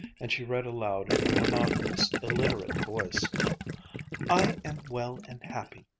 and she read aloud in her monotonous, illiterate voice i am well and happy,